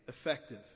effective